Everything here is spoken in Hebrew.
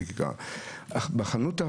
בסופרים אין על זה שליטה.